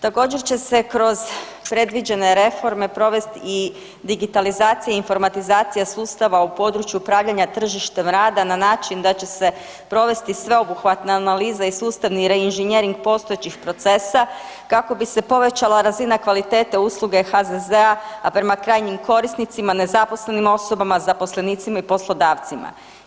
Također će se kroz predviđene reforme provest i digitalizacija i informatizacija sustava u području upravljanja tržištem rada na način da će se provesti sveobuhvatna analiza i sustavni reinženjeringa postojećih procesa kako bi se povećala razine kvalitete usluge HZZ-a, a prema krajnjim korisnicima, nezaposlenim osobama, zaposlenicima i poslodavcima.